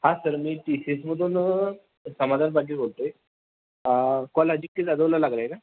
हां सर मी T C एसमधून समाधान बाजी बोलतो आहे कॉल अदित्य जादवला लागला आहे का